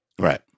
Right